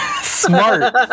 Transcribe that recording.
Smart